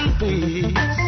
please